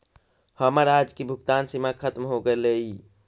हमर आज की भुगतान सीमा खत्म हो गेलइ